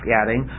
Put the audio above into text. adding